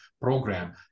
program